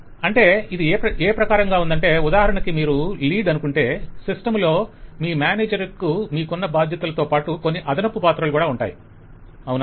vendor అంటే ఇది ఏ ప్రకారంగా ఉందంటే ఉదాహరణకి మీరు లీడ్ అనుకుంటే సిస్టం లో మీ మేనేజర్ కు మీకున్న బాధ్యతలతోపాటు కొన్ని అదనపు పాత్రలు ఉంటాయి అవునా